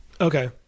Okay